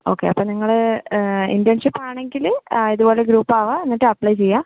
okay അപ്പോൾ നിങ്ങള് internship ആണെങ്കില് ഇതുപോലെ ഗ്രൂപ്പ് ആകാം എന്നിട്ട് അപ്ലൈ ചെയ്യാം